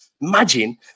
Imagine